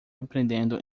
aprendendo